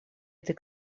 этой